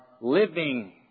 living